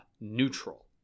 neutral